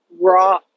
Raw